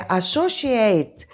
associate